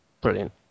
Brilliant